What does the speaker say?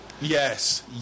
Yes